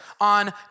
on